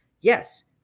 yes